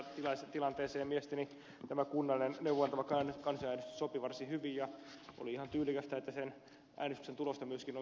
tähän tilanteeseen mielestäni tämä kunnallinen neuvoa antava kansanäänestys sopi varsin hyvin ja oli ihan tyylikästä että sen äänestyksen tulosta myöskin on sittemmin noudatettu